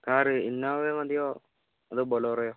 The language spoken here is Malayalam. കാർ ഇന്നോവ മതിയോ അതോ ബൊലോറോയോ